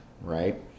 right